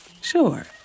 Sure